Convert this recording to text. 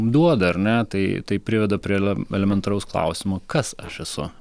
duoda ar ne tai tai priveda prie ele elementaraus klausimo kas aš esu